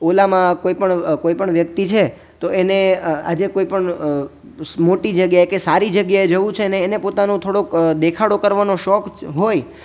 ઓલામાં કોઈ પણ કોઈ પણ વ્યક્તિ છે તો એને આજે કોઈ પણ મોટી જ્ગ્યાએ કે સારી જ્ગ્યાએ જવું છે ને એને પોતાનો થોડોક દેખાડો કરવાનો શોખ હોય